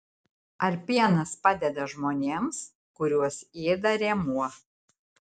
ar pienas padeda žmonėms kuriuos ėda rėmuo